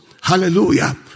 Hallelujah